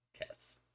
Yes